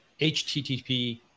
HTTP